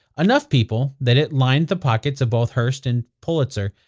enough people that it lined the pockets of both hearst and pulitzer,